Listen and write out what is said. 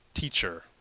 Teacher